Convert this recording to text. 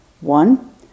One